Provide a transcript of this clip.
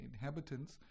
inhabitants